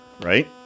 right